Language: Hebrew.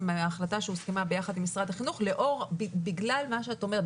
החלטה שהוסכמה ביחד עם משרד החינוך בגלל מה שאת אומרת,